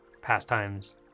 pastimes